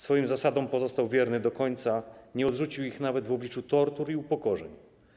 Swoim zasadom pozostał wierny do końca i nie odrzucił ich nawet w obliczu tortur i upokorzeń.